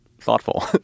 thoughtful